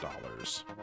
dollars